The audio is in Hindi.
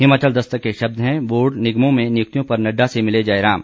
हिमाचल दस्तक के शब्द हैं बोर्ड निगमों में नियुक्तियों पर नड़डा से मिले जयराम